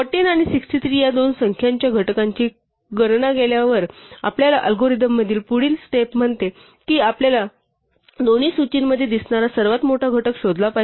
14 आणि 63 या दोन संख्यांच्या घटकांची गणना केल्यावर आपल्या अल्गोरिदम मधील पुढील स्टेप म्हणते की आपल्याला दोन्ही सूचीमध्ये दिसणारा सर्वात मोठा घटक शोधला पाहिजे